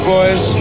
Boys